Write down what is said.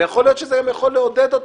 ויכול להיות שזה גם יכול לעודד אותם,